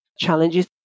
Challenges